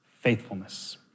faithfulness